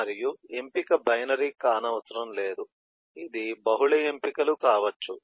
మరియు ఎంపిక బైనరీ కానవసరం లేదు ఇది బహుళ ఎంపికలు కావచ్చు